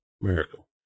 miracle